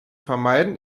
vermeiden